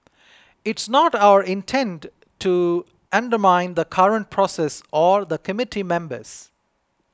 it's not our intent to undermine the current process or the committee members